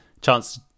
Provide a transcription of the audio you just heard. chance